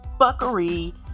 buckery